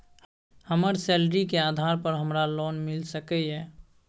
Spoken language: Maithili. हमर सैलरी के आधार पर हमरा लोन मिल सके ये?